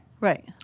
Right